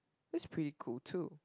that's pretty cool too